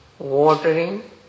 watering